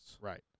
Right